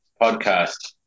podcast